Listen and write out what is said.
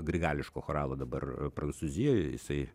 grigališko choralo dabar prancūzijoje jisai